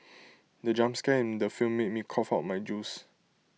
the jump scare in the film made me cough out my juice